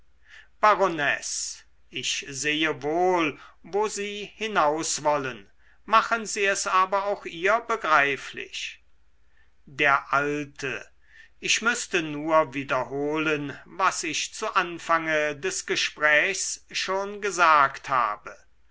baronesse ich sehe wohl wo sie hinauswollen machen sie es aber auch ihr begreiflich der alte ich müßte nur wiederholen was ich zu anfange des gesprächs schon gesagt habe